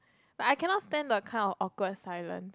like I cannot stand the kind of awkward silent